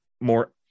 more